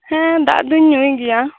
ᱦᱮᱸ ᱫᱟᱜ ᱫᱚᱧ ᱧᱩᱭ ᱜᱮᱭᱟ